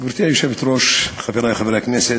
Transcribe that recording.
גברתי היושבת-ראש, חברי חברי הכנסת,